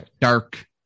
dark